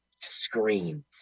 screen